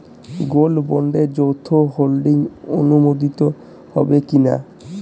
Gold বন্ডে যৌথ holding অনুমোদিত হবে কিনা?